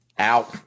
Ow